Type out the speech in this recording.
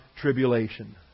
tribulation